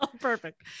Perfect